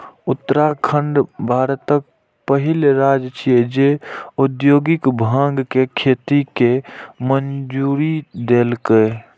उत्तराखंड भारतक पहिल राज्य छियै, जे औद्योगिक भांग के खेती के मंजूरी देलकै